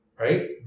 Right